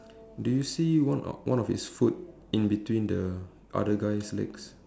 do you see one of one of his foot in between the other guy's legs